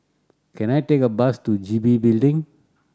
can I take a bus to G B Building